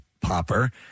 popper